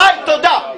--- די, תודה.